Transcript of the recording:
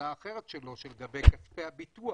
הצעה אחרת שלו לגבי כספי הביטוח.